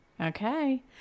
Okay